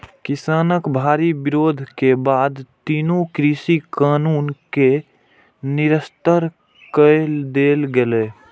किसानक भारी विरोध के बाद तीनू कृषि कानून कें निरस्त कए देल गेलै